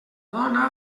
dona